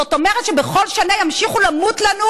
זאת אומרת שבכל שנה ימשיכו למות לנו